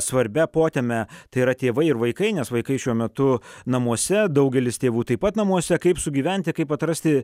svarbia poteme tai yra tėvai ir vaikai nes vaikai šiuo metu namuose daugelis tėvų taip pat namuose kaip sugyventi kaip atrasti